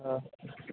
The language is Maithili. हँ